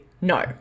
no